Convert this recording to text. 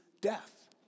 death